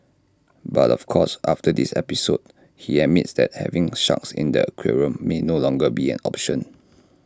but of course after this episode he admits that having sharks in the aquarium may no longer be an option